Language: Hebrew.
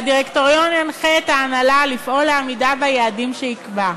והדירקטוריון ינחה את ההנהלה לפעול לעמידה ביעדים שיקבע.